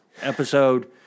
Episode